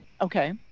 Okay